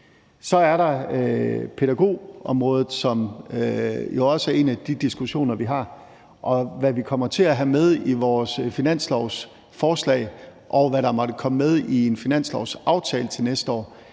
Så er der pædagogområdet, som jo også er en af de diskussioner, vi har, og hvad vi kommer til at have med i vores finanslovsforslag, og hvad der måtte komme med i en finanslovsaftale til næste år,